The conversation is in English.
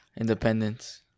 Independence